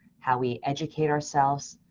how we educate ourselves,